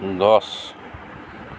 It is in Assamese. গছ